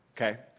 okay